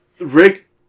Rick